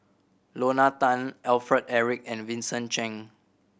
Lorna Tan Alfred Eric and Vincent Cheng